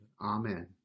Amen